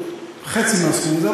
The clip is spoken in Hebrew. חצי מהסכום הזה,